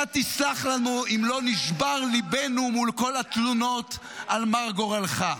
אתה תסלח לנו אם לא נשבר ליבנו מול כל התלונות על מר גורלך.